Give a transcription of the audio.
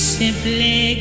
simply